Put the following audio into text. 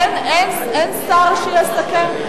אין שר שיסכם?